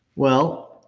well,